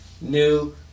new